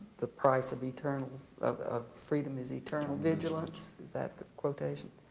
the price of eternal of ah freedom is eternal vigilance if that's the quotation?